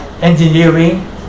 Engineering